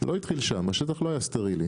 לא התחיל שם, השטח לא היה סטרילי.